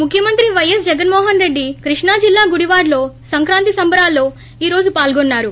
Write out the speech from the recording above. ముఖ్యమంత్రి వైఎస్ జగస్మోహస్రెడ్డి కృష్ణా జిల్లా గుడివాడలో సంక్రాంతి సంబరాల్లో ఈ రోజు పాల్గొన్సారు